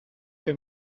que